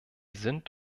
sind